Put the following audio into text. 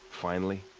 finally.